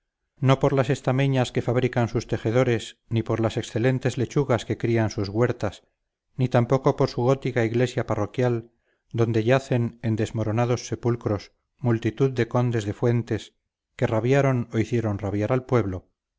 no por las estameñas que fabrican sus tejedores ni por las excelentes lechugas que crían sus huertas ni tampoco por su gótica iglesia parroquial donde yacen en desmoronados sepulcros multitud de condes de fuentes que rabiaron o hicieron rabiar al pueblo